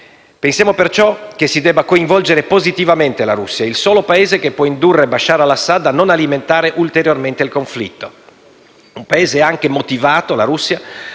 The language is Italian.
Pensiamo perciò che si debba coinvolgere positivamente la Russia, il solo Paese che può indurre Bashar al-Assad a non alimentare ulteriormente il conflitto; un Paese, la Russia,